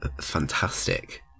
fantastic